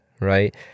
right